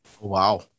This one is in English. Wow